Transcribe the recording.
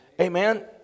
Amen